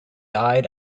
died